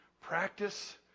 Practice